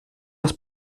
das